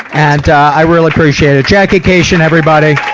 and ah, i really appreciate it. jackie kashian, everybody.